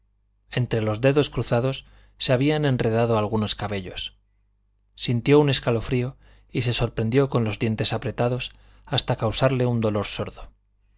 entre los dedos cruzados se habían enredado algunos cabellos sintió un escalofrío y se sorprendió con los dientes apretados hasta causarle un dolor sordo